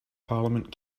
parliament